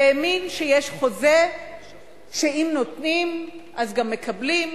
והאמין שיש חוזה שאם נותנים אז גם מקבלים,